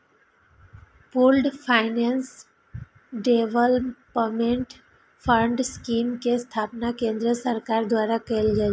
pooled finance development fund scheme के स्थापना केंद्र सरकार द्वारा कैल गेल छै